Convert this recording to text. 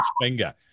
finger